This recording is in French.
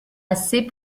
assez